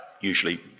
usually